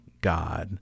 God